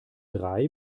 drei